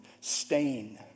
stain